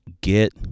get